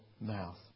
mouth